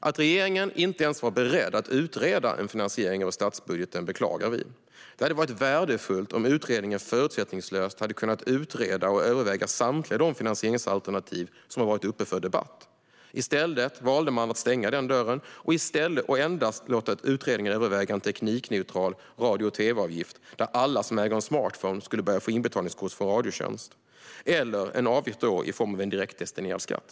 Att regeringen inte ens var beredd att utreda en finansiering via statsbudgeten beklagar vi. Det hade varit värdefullt om utredningen förutsättningslöst hade kunnat utreda och överväga samtliga de finansieringsalternativ som har varit uppe för debatt. I stället valde regeringen att stänga den dörren och endast låta utredningen överväga en teknikneutral radio och tv-avgift, där alla som äger en smartphone skulle börja få inbetalningskort från Radiotjänst, eller en avgift i form av direktdestinerad skatt.